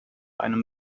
einem